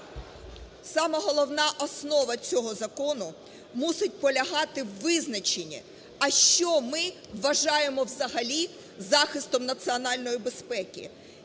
сама головна основа цього закону мусить полягати в визначенні, а що ми вважаємо взагалі захистом національної безпеки.